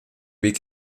weg